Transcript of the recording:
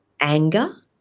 anger